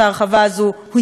הוא קריטי.